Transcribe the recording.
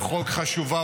חשובה,